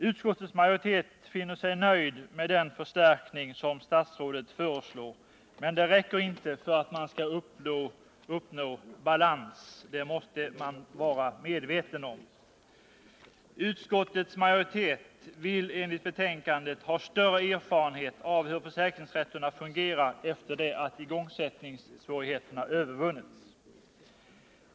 Utskottets majoritet är nöjd med den förstärkning som statsrådet föreslår, men det räcker inte för att uppnå balans — det måste man vara medveten om. Utskottets majoritet vill enligt betänkandet ha större erfarenhet av hur försäkringsrätterna fungerar efter det att igångsättningssvårigheterna övervunnits.